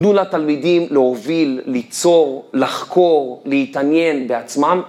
תנו לתלמידים להוביל, ליצור, לחקור, להתעניין בעצמם.